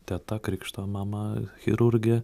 teta krikšto mama chirurgė